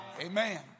Amen